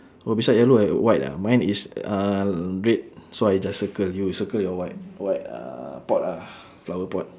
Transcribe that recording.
oh beside yellow have white ah mine is uh red so I just circle you circle your white white uh pot ah flower pot